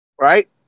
Right